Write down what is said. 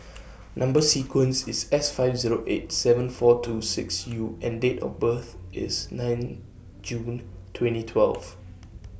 Number sequence IS S five Zero eight seven four two six U and Date of birth IS nine June twenty twelve